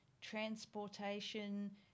transportation